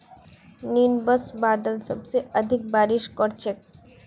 nimbus बादल सबसे अधिक बारिश कर छेक